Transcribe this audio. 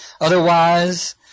Otherwise